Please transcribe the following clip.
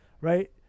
right